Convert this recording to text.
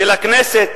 של הכנסת,